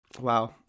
Wow